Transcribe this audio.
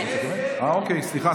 אוקיי, סליחה.